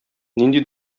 нинди